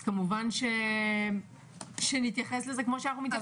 אז כמובן שנתייחס לזה כמו שאנחנו מייחסים